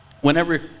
Whenever